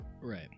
Right